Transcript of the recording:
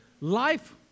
life